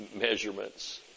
measurements